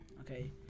okay